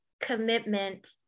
commitment